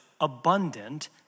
abundant